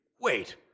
Wait